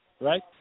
right